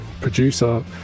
producer